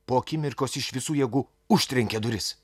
po akimirkos iš visų jėgų užtrenkė duris